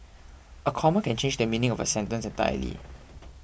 a comma can change the meaning of a sentence entirely